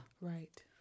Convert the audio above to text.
Right